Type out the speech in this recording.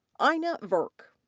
ayna virk.